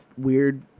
Weird